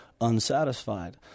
unsatisfied